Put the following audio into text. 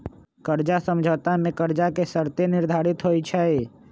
कर्जा समझौता में कर्जा के शर्तें निर्धारित होइ छइ